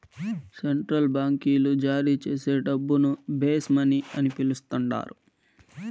central బాంకీలు జారీచేసే డబ్బును బేస్ మనీ అని పిలస్తండారు